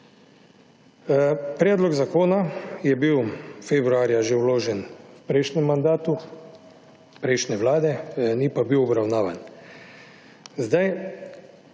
Predlog zakona je bil februarja že vložen v prejšnjem mandatu prejšnje vlade, ni pa bil obravnavan.